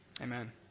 Amen